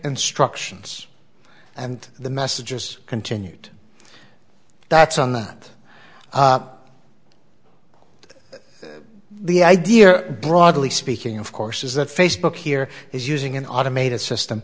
instructions and the messages continued that's on that the idea broadly speaking of course is that facebook here is using an automated system